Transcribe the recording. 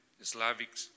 Slavic